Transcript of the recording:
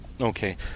Okay